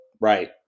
Right